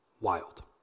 wild